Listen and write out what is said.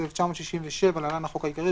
התשכ"ז-1967 (להלן החוק העיקרי),